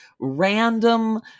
Random